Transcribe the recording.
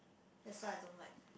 that's why I don't like